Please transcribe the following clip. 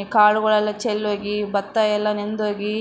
ಈ ಕಾಳುಗಳೆಲ್ಲ ಚೆಲ್ಲೋಗಿ ಭತ್ತ ಎಲ್ಲ ನೆಂದೋಗಿ